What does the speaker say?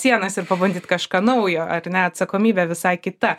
sienas ir pabandyt kažką naujo ar ne atsakomybė visai kita